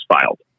filed